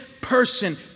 person